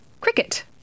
cricket